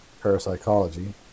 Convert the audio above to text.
parapsychology